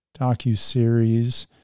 docuseries